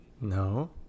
No